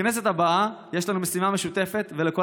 בכנסת הבאה יש לנו משימה משותפת לכל